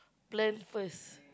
plan first